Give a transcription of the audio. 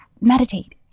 meditate